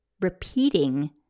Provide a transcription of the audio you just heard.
repeating